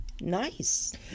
Nice